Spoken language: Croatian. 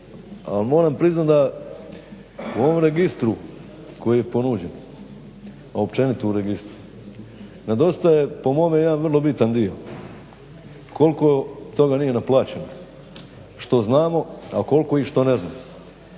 a moram priznat da u ovom registru koji je ponuđen, općenito u registru nedostaje po mome jedan vrlo bitan dio, koliko toga nije naplaćeno što znamo, a koliko i što ne znamo.